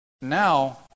now